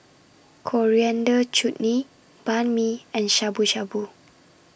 Coriander Chutney Banh MI and Shabu Shabu